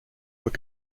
were